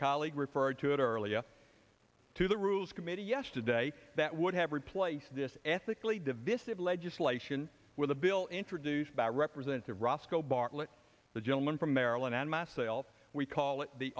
colleague referred to it earlier to the rules committee yesterday that would have replaced this ethically divison of legislation with a bill introduced by represents a roscoe bartlett the gentleman from maryland and myself we call it the